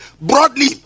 broadly